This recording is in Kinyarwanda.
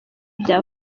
bya